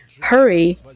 hurry